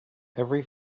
every